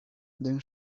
then